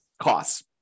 costs